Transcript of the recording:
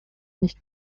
nicht